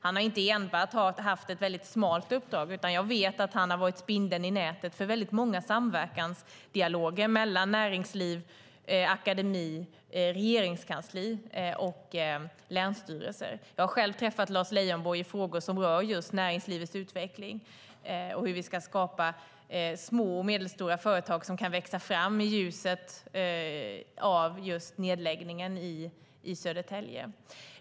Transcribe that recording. Han har inte enbart haft ett väldigt smalt uppdrag, utan jag vet att han har varit spindeln i nätet för väldigt många samverkansdialoger mellan näringsliv, akademi, regeringskansli och länsstyrelser. Jag har själv träffat Lars Leijonborg i frågor som rör just näringslivets utveckling och hur vi ska skapa små och medelstora företag som kan växa fram i ljuset av nedläggningen i Södertälje.